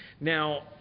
Now